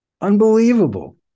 Unbelievable